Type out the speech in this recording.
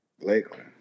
Lakeland